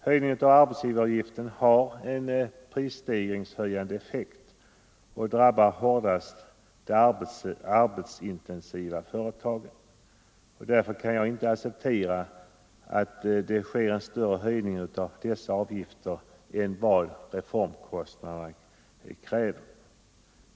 Höjningen av denna har en prisstegrande effekt och drabbar hårdast de arbetskraftsintensiva företagen. Därför kan jag inte acceptera en större höjning av dessa avgifter än vad reformkostnaderna kräver.